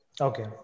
Okay